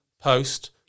post